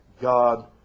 God